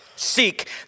seek